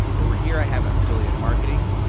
over here i have affiliate marketing.